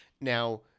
Now